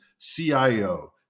CIO